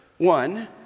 One